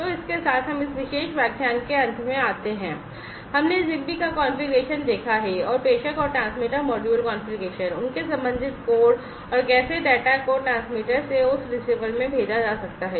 तो इस के साथ हम इस विशेष व्याख्यान के अंत में आते हैं हमने ZigBee का कॉन्फ़िगरेशन देखा है और प्रेषक और ट्रांसमीटर मॉड्यूल कॉन्फ़िगरेशन उनके संबंधित कोड और कैसे डेटा को ट्रांसमीटर से उस रिसीवर में भेजा जा सकता है